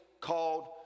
called